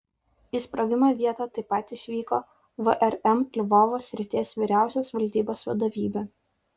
į sprogimo vietą taip pat išvyko vrm lvovo srities vyriausios valdybos vadovybė